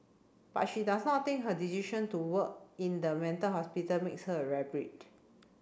but she does not think her decision to work in the mental hospital makes her a rare breed